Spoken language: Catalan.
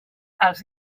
els